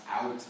out